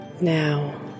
Now